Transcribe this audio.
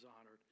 honored